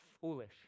foolish